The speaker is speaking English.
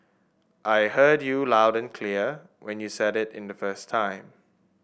I heard you loud and clear when you said it the first time